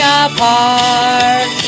apart